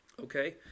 Okay